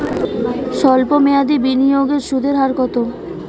সল্প মেয়াদি বিনিয়োগের সুদের হার কত?